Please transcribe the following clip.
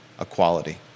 equality